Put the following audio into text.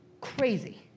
Crazy